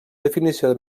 definició